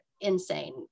insane